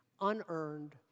unearned